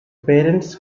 parents